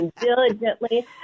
diligently